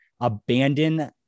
abandon